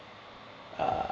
err